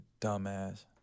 dumbass